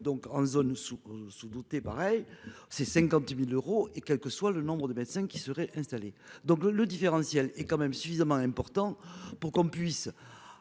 Donc en zone sous sous douter pareil c'est 50.000 euros et quel que soit le nombre de médecins qui seraient installés donc le, le différentiel est quand même suffisamment important pour qu'on puisse.